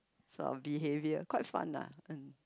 some behavior quite fun lah